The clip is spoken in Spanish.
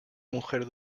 mujer